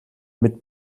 mit